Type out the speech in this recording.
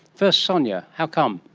first sonia how come?